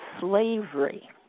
slavery